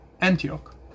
Antioch